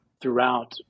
throughout